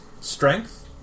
strength